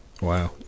Wow